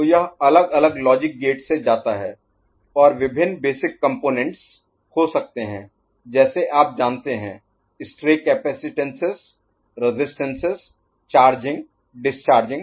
तो यह अलग अलग लॉजिक गेट से जाता है और विभिन्न बेसिक कंपोनेंट्स Basic Components बुनियादी घटक हो सकते हैं जैसे आप जानते हैं stray capacitances resistances charging discharging